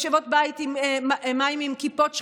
משאבות מים עם כיפות שחורות?